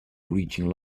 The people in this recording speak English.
reaching